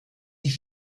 sie